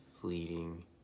fleeting